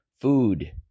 food